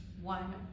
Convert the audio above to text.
one